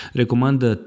recomandă